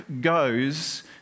goes